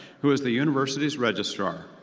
who is the university's registrar.